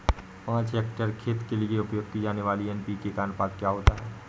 पाँच हेक्टेयर खेत के लिए उपयोग की जाने वाली एन.पी.के का अनुपात क्या होता है?